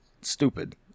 stupid